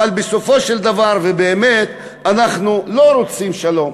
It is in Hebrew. אבל בסופו של דבר ובאמת אנחנו לא רוצים שלום.